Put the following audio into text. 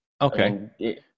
Okay